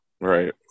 Right